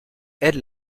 aides